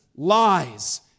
lies